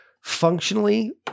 functionally